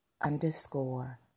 underscore